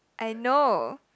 I know